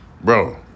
Bro